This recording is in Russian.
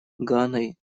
ганой